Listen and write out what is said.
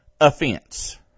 offense